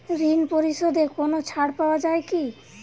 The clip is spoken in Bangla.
ঋণ পরিশধে কোনো ছাড় পাওয়া যায় কি?